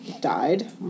died